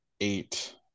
eight